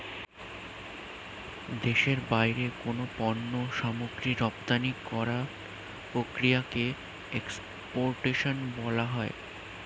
দেশের বাইরে কোনো পণ্য সামগ্রী রপ্তানি করার প্রক্রিয়াকে এক্সপোর্টেশন বলা হয়